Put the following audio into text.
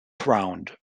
ground